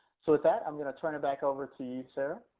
so with that, i'm going to turn it back over to you sarah.